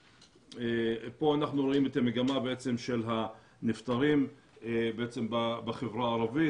פה אנחנו רואים את המגמה של הנפטרים בחברה הערבית,